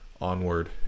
onward